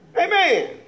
Amen